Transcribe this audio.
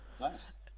Nice